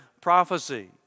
prophecy